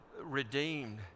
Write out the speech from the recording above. redeemed